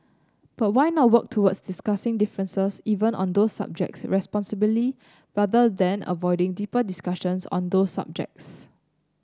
but why not work towards discussing differences even on those subject responsibly rather than avoiding deeper discussions on those subjects